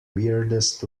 weirdest